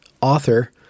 author